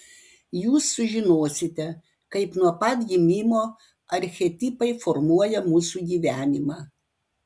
jūs sužinosite kaip nuo pat gimimo archetipai formuoja mūsų gyvenimą